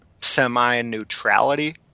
semi-neutrality